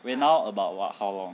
wait now about what how long